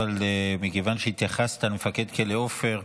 אבל מכיוון שהתייחסת למפקד כלא עופר,